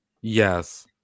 Yes